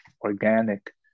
organic